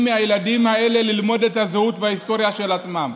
מהילדים האלה ללמוד את הזהות וההיסטוריה של עצמם,